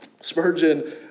Spurgeon